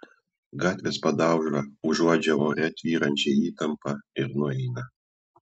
gatvės padauža užuodžia ore tvyrančią įtampą ir nueina